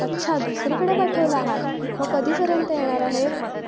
अच्छा दुसरीकडे पाठवला आहात मग कधीपर्यंत येणार आहेत